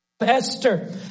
Esther